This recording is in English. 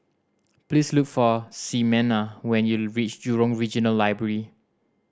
please look for Ximena when you reach Jurong Regional Library